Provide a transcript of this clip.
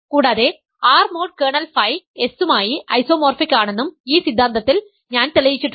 കൂടാതെ R mod kernel phi S യുമായി isomorphic ആണെന്നും ഈ സിദ്ധാന്തത്തിൽ ഞാൻ തെളിയിച്ചിട്ടുണ്ട്